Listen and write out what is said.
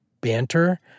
banter